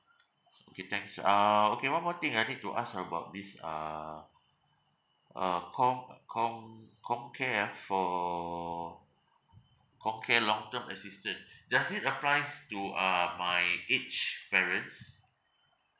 okay thanks uh okay one more thing I need to ask about this uh uh com~ uh com~ comcare ah for comcare long term assistance does it applies to uh my aged parents